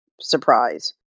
surprise